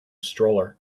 stroller